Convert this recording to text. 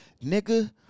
nigga